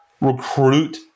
recruit